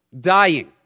dying